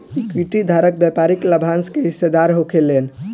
equity धारक व्यापारिक लाभांश के हिस्सेदार होखेलेन